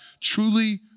truly